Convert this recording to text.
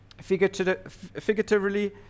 Figuratively